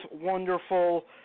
wonderful